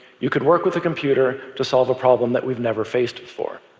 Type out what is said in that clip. you could work with a computer to solve a problem that we've never faced before.